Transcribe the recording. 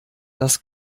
das